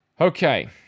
Okay